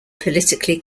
politically